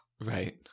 Right